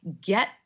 get